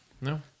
No